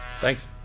Thanks